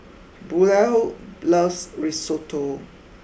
Buell loves Risotto